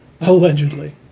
Allegedly